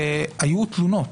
היו תלונות,